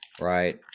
right